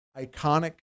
iconic